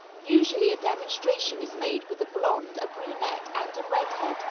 usually a demonstration is made with a blonde, a brunette and a red-head,